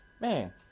Man